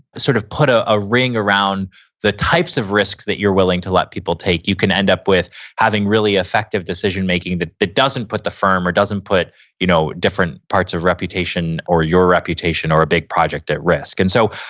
sort of put ah a ring around the types of risks that you're willing to let people take, you can end up having really effective decision making that doesn't put the firm or doesn't put you know different parts of reputation or your reputation or a big project at risk. and so,